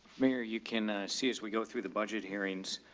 mary. you can see as we go through the budget hearings